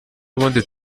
ubundi